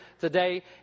today